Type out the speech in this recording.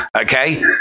okay